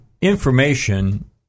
information